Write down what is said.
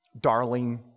Darling